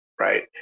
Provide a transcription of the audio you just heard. right